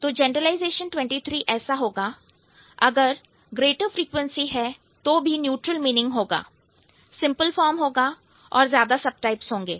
तो जनरलाइजेशन 23 ऐसा होगा अगर ग्रेटर फ्रीक्वेंसी है तो भी न्यूट्रल मीनिंग होगा सिंपल फॉर्म होगा और ज्यादा सबटाइप्स होंगे